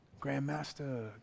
grandmaster